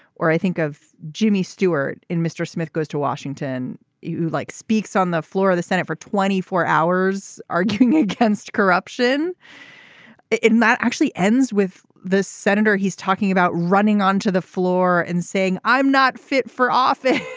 or i think of jimmy stewart in mr. smith goes to washington you like speaks on the floor of the senate for twenty four hours arguing against corruption that actually ends with the senator he's talking about running onto the floor and saying i'm not fit for office.